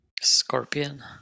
Scorpion